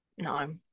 No